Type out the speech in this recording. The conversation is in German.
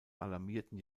alarmierten